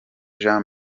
jean